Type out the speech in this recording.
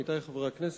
עמיתי חברי הכנסת,